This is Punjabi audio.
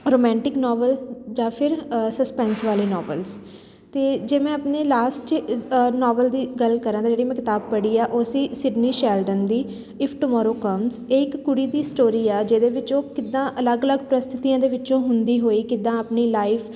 ਰੋਮੈਂਟਿਕ ਨੋਵਲ ਜਾਂ ਫਿਰ ਸਸਪੈਂਸ ਵਾਲੇ ਨੋਵਲਸ ਅਤੇ ਜੇ ਮੈਂ ਆਪਣੇ ਲਾਸਟ 'ਚ ਨਾਵਲ ਦੀ ਗੱਲ ਕਰਾਂ ਤਾਂ ਜਿਹੜੀ ਮੈਂ ਕਿਤਾਬ ਪੜ੍ਹੀ ਆ ਉਹ ਸੀ ਸਿਡਨੀ ਸ਼ੈਲਡਨ ਦੀ ਇਫ ਟਮੋਰੋ ਕੋਮਸ ਇਹ ਇੱਕ ਕੁੜੀ ਦੀ ਸਟੋਰੀ ਆ ਜਿਹਦੇ ਵਿੱਚ ਉਹ ਕਿੱਦਾਂ ਅਲੱਗ ਅਲੱਗ ਪ੍ਰਸਥਿਤੀਆਂ ਦੇ ਵਿੱਚੋਂ ਹੁੰਦੀ ਹੋਈ ਕਿੱਦਾਂ ਆਪਣੀ ਲਾਈਫ